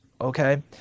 okay